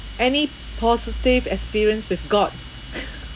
any positive experience with god